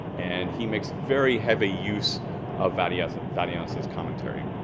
and he makes very heavy use of vadianus's vadianus's commentary.